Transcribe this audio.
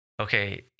Okay